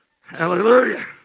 Hallelujah